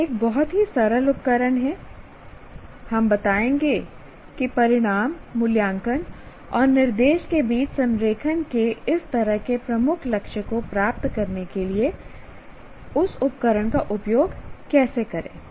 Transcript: यह एक बहुत ही सरल उपकरण है हम बताएंगे की परिणाम मूल्यांकन और निर्देश के बीच संरेखण के इस तरह के प्रमुख लक्ष्य को प्राप्त करने के लिए उस उपकरण का उपयोग कैसे करें